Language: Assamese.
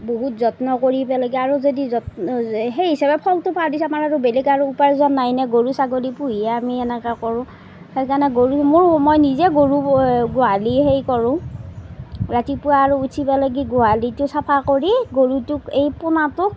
বহুত যত্ন কৰিব লাগে আৰু যদি যত্ন সেই হিচাপে ফলটো পোৱাৰ পিছত আৰু বেলেগ আৰু উপাৰ্জন নাই এনে গৰু ছাগলী পুহিয়ে আমি এনেকুৱা কৰোঁ সেইকাৰণে গৰু মোৰ মই নিজে গৰু গোহালি সেই কৰোঁ ৰাতিপুৱা আৰু উঠিব লাগে গোহালিটো চাফা কৰি গৰুটোক এই পোনাটোক